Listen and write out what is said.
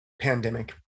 pandemic